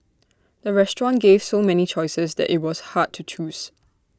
the restaurant gave so many choices that IT was hard to choose